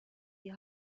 die